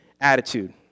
attitude